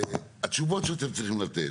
התשובות שאתם צריכים לתת,